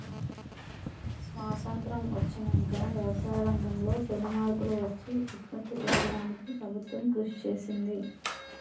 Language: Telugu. స్వాసత్రం వచ్చినంక వ్యవసాయ రంగం లో పెను మార్పులు వచ్చి ఉత్పత్తి పెంచడానికి ప్రభుత్వం కృషి చేసింది